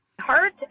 heart